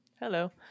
Hello